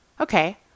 okay